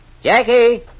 Jackie